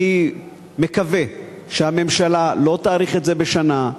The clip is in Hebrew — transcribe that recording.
אני מקווה שהממשלה לא תאריך את זה בשנה,